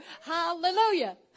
Hallelujah